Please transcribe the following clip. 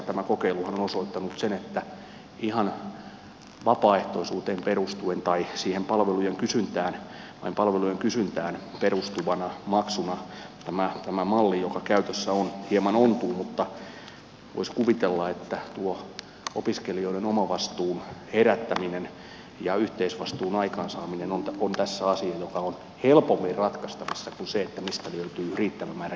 tämä kokeiluhan on osoittanut sen että ihan vapaaehtoisuuteen perustuen tai siihen palvelujen kysyntään perustuvana maksuna tämä malli joka käytössä on hieman ontuu mutta voisi kuvitella että tuo opiskelijoiden omavastuun herättäminen ja yhteisvastuun aikaansaaminen on tässä asia joka on helpommin ratkaistavissa kuin se mistä löytyy riittävä määrä julkisia varoja